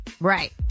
Right